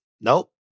Nope